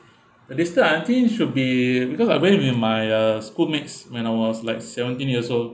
the distant I think should be because I went with my uh schoolmates when I was like seventeen years old